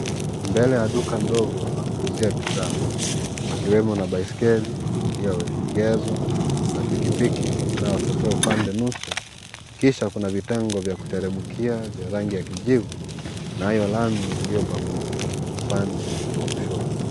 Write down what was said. Mbele ya duka ndogo la kuuzia bidhaa pakiwemo na baiskeli iliyoegezwa na pikipiki inayotokea upande nusu. Kisha kuna vitengo vya kuteremkia vya rangi ya kijivu nayo lami iliyobambuka upande wa kushoto.